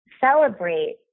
celebrate